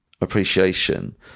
appreciation